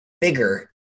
bigger